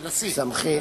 ודאי, ודאי.